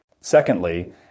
Secondly